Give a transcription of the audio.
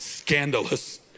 Scandalous